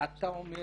אתה אומר